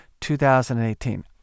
2018